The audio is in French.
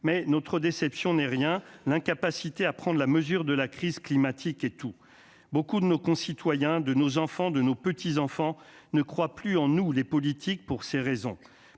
mais notre déception n'ni rien, l'incapacité à prendre la mesure de la crise climatique et tout, beaucoup de nos concitoyens de nos enfants, de nos petits-enfants ne croit plus en nous les politiques, pour ces raisons,